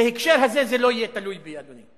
בהקשר הזה זה לא יהיה תלוי בי, אדוני.